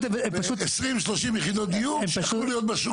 עשרים או שלושים יחידות דיור שיכלו להיות בשוק.